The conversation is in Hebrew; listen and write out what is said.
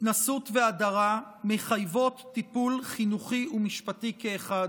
התנשאות והדרה מחייבות טיפול חינוכי ומשפטי כאחד.